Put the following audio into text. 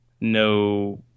no –